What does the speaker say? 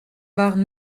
waren